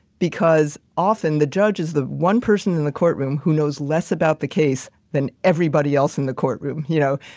because often, the judge is the one person in the courtroom who knows less about the case than everybody else in the courtroom. you know,